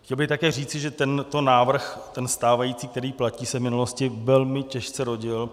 Chtěl bych také říci, že tento návrh, ten stávající, který platí, se v minulosti velmi těžce rodil.